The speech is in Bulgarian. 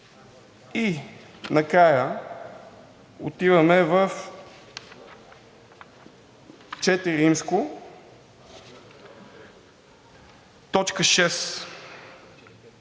И накрая отиваме в IV,